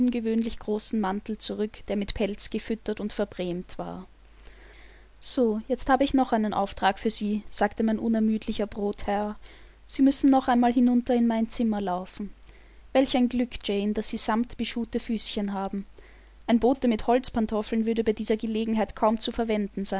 großen mantel zurück der mit pelz gefüttert und verbrämt war so jetzt habe ich noch einen auftrag für sie sagte mein unermüdlicher brotherr sie müssen noch einmal hinunter in mein zimmer laufen welch ein glück jane daß sie samtbeschuhte füßchen haben ein bote mit holzpantoffeln würde bei dieser gelegenheit kaum zu verwenden